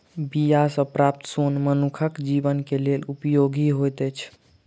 बीया सॅ प्राप्त सोन मनुखक जीवन के लेल उपयोगी होइत अछि